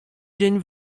dzień